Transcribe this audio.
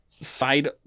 side